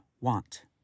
want